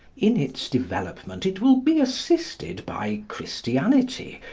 in its development it will be assisted by christianity,